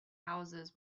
houses